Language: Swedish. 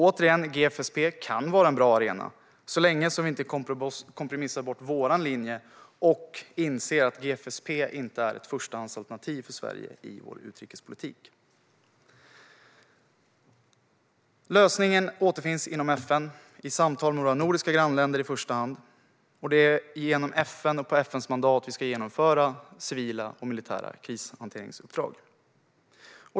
Återigen: GSFP kan vara en bra arena, så länge vi inte kompromissar bort vår linje och så länge vi inser att GSFP inte är ett förstahandsalternativ för Sverige i vår utrikespolitik. Lösningen återfinns inom FN och i samtal med våra nordiska grannländer i första hand. Det är genom FN och på FN:s mandat vi ska genomföra civila och militära krishanteringsuppdrag.